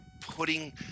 putting